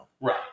Right